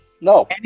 No